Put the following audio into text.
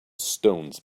stones